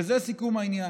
וזה סיכום העניין: